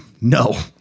No